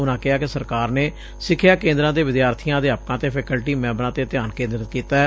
ਉਨੂਂ ਕਿਹਾ ਕਿ ਸਰਕਾਰ ਨੇ ਸਿਖਿਆ ਕੇ ਦਰਾ ਦੇ ਵਿਦਿਆਰਥੀਆਂ ਅਧਿਆਪਕਾਂ ਅਤੇ ਫਕੈਲਟੀ ਮੈਂਬਰਾਂ ਤੇ ਧਿਆਨ ਕੇਂਦਰਿਤ ਕੀਤੈ